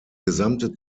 gesamte